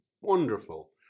wonderful